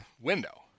window